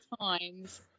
times